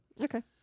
Okay